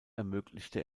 ermöglichte